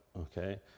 Okay